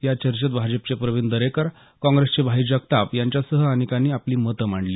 या चर्चेत भाजपचे प्रवीण दरेकर काँग्रेसचे भाई जगताप यांच्यासह अनेकांनी आपली मत मांडली